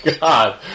God